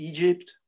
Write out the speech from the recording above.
Egypt